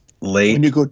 late